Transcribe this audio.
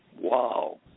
Wow